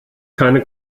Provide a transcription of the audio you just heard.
keine